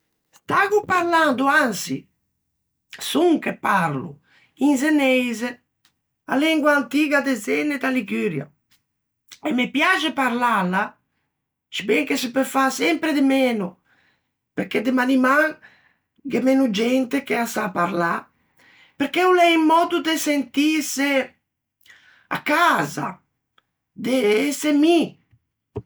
Staggo parlando, ançi, son che parlo in zeneise, a lengua antiga de Zena e da Liguria, e me piaxe parlâla, sciben che se peu fâ sempre de meno perché de maniman gh'é meno gente che â sa parlâ, perché o l'é un mòddo de sentîse à casa, de ëse mi.